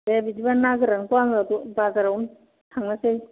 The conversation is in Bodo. दे बिदिबा ना गोरानखौ आङो बाजारावनो थांनोसै